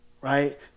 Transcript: right